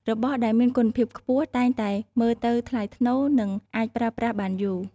របស់ដែលមានគុណភាពខ្ពស់តែងតែមើលទៅថ្លៃថ្នូរ និងអាចប្រើប្រាស់បានយូរ។